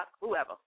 whoever